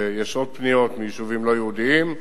ויש עוד פניות מיישובים לא-יהודיים.